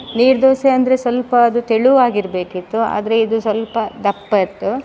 ನೀರು ದೋಸೆ ಅಂದರೆ ಸ್ವಲ್ಪ ಅದು ತೆಳು ಆಗಿರಬೇಕಿತ್ತು ಆದರೆ ಇದು ಸ್ವಲ್ಪ ದಪ್ಪ ಇತ್ತು